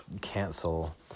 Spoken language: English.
cancel